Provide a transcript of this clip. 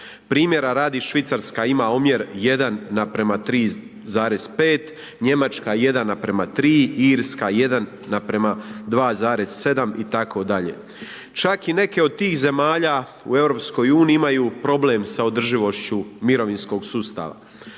primjera radi Švicarska ima omjer 1 naprema 3,5, Njemačka 1 naprema 3, Irska 1 naprema 2,7 itd. Čak i neke od tih zemalja u EU imaju problem sa održivošću mirovinskog sustava,